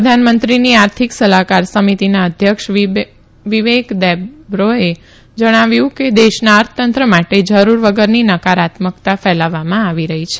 પ્રધાનમંત્રીની આર્થિક સલાહકાર સમિતિના અધ્યક્ષ વિવેક દેબ્રોએ જણાવ્યું હતું કે દેશના અર્થતંત્ર માટે જરૂર વગરની નકારાત્મકતા ફેલાવવામાં આવી રહી છે